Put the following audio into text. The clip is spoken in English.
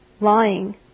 lying